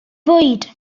bwyd